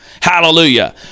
Hallelujah